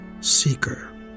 Seeker